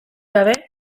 gabe